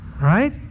right